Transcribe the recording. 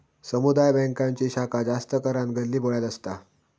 समुदाय बॅन्कांची शाखा जास्त करान गल्लीबोळ्यात असता